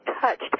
touched